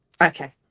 Okay